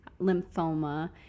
lymphoma